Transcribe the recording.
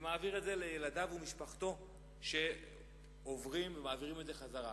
ומעביר את זה לילדיו ומשפחתו שעוברים ומעבירים את זה חזרה.